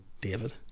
David